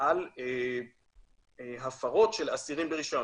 על הפרות של אסירים ברישיון.